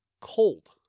cold